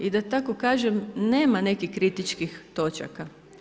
I da tako kažem nema nekih kritičkih točaka.